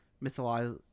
mythology